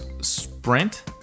sprint